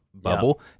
bubble